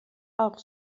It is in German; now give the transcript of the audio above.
auch